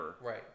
Right